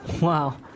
Wow